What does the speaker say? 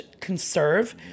conserve